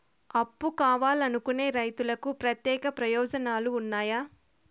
అప్పు కావాలనుకునే రైతులకు ప్రత్యేక ప్రయోజనాలు ఉన్నాయా?